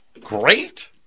great